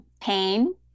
pain